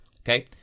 okay